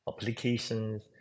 applications